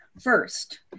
First